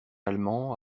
allemand